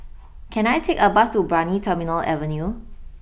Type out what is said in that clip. can I take a bus to Brani Terminal Avenue